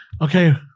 okay